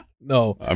no